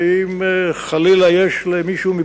כי אם חלילה למישהו יש,